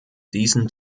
diesem